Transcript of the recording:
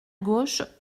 gauche